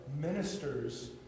ministers